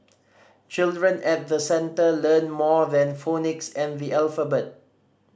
children at the centre learn more than phonics and the alphabet